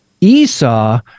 Esau